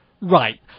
Right